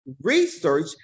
research